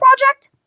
Project